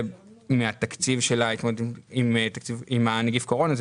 שזה מהתקציב של ההתמודדות עם נגיף קורונה.